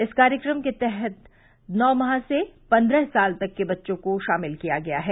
इस कार्यक्रम के अन्तर्गत नौ माह से पन्द्रह साल तक के बच्चों को शामिल किया गया है